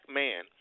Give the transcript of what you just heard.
man